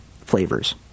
flavors